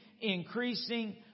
increasing